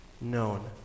known